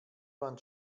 man